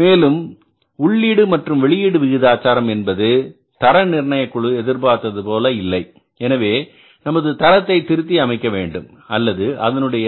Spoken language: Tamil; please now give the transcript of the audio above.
மேலும் உள்ளீடு மற்றும் வெளியீடு விகிதாச்சாரம் என்பது தர நிர்ணய குழு எதிர்பார்த்தது போல இல்லை எனவே நமது தரத்தை திருத்தி அமைக்க வேண்டும் அல்லது அதனது